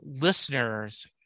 listeners